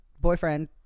Boyfriend